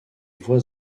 voix